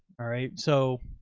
all right. so.